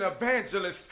evangelist